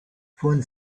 von